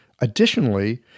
Additionally